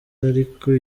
ariko